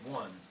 one